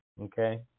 Okay